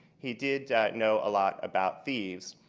he did know a lot about thieves.